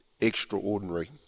extraordinary